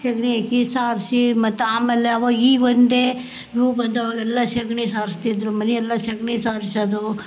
ಸಗ್ಣಿ ಹಾಕಿ ಸಾರಿಸಿ ಮತ್ತೆ ಆಮೇಲೆ ಅವ ಈ ಒಂದೆ ಇವು ಬಂದವಾಗೆಲ್ಲ ಸಗ್ಣಿ ಸಾರ್ಸ್ತಿದ್ದರು ಮನೆಯೆಲ್ಲ ಸಗಣಿ ಸಾರ್ಸೊದು